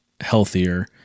healthier